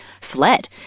fled